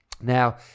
Now